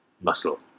muscle